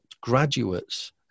graduates